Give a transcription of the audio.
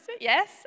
Yes